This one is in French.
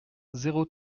zéro